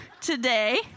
today